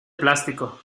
plástico